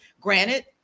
Granted